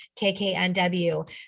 KKNW